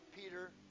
Peter